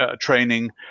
training